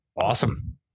Awesome